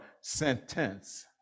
sentence